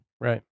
right